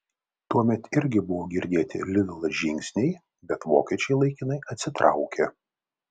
tuomet irgi buvo girdėti lidl žingsniai bet vokiečiai laikinai atsitraukė